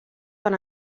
van